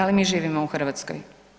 Ali mi živimo u Hrvatskoj.